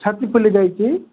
ଛାତି ଫୁଲି ଯାଇଛି